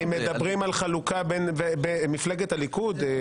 אם מדברים על חלוקה במפלגת הליכוד.